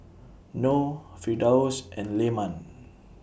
Noh Firdaus and Leman